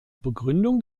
begründung